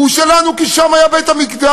הוא שלנו כי שם היה בית-המקדש.